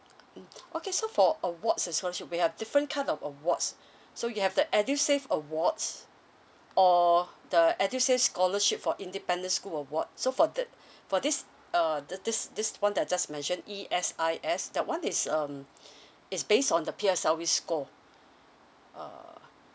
mm okay so for awards and scholarship we have different kind of awards so you have the EDUSAVE awards or the EDUSAVE scholarship for independent school award so for that for this uh this this one that I just mentioned E_S_I_S that one is um it's based on the P_S_L_E score uh